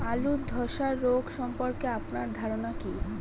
আলু ধ্বসা রোগ সম্পর্কে আপনার ধারনা কী?